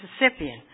Mississippian